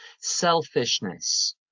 Selfishness